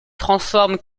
transforment